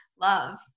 Love